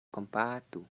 kompatu